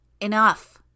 Enough